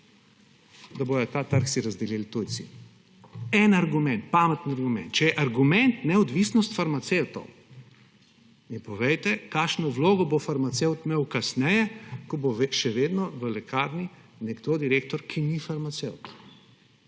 si bodo ta trg razdelili tujci. En argument, pameten argument. Če je argument neodvisnost farmacevtov, mi povejte, kakšno vlogo bo farmacevt imel kasneje, ko bo še vedno v lekarni nekdo direktor, ki ni farmacevt.